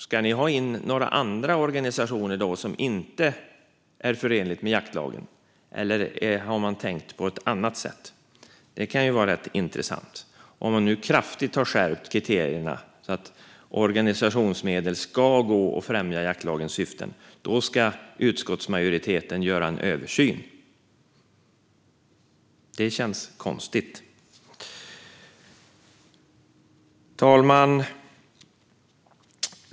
Ska man då ha in några andra organisationer, som inte är förenliga med jaktlagen, eller har man tänkt på något annat sätt? Det kan ju vara rätt intressant att veta. Man har nu kraftigt skärpt kriterierna så att organisationsmedel ska gå till att främja jaktlagens syften - och då ska utskottsmajoriteten göra en översyn? Det känns konstigt. Fru talman!